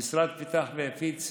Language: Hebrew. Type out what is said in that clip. המשרד פיתח והפיץ,